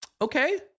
Okay